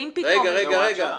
ואם --- רגע, רגע, רגע.